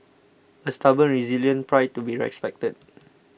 a stubborn resilient pride to be respected